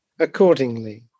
Accordingly